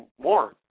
more